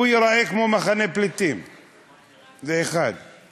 1. הוא